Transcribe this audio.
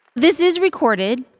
this is recorded.